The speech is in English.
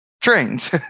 trains